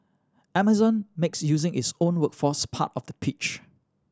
amazon makes using its own workforce part of the pitch